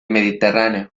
mediterráneo